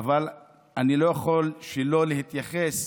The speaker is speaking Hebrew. אבל אני לא יכול שלא להתייחס